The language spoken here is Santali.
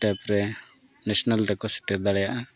ᱛᱟᱨᱯᱚᱨᱮ ᱱᱮᱥᱱᱮᱞ ᱨᱮᱠᱚ ᱥᱮᱴᱮᱨ ᱫᱟᱲᱮᱭᱟᱜᱼᱟ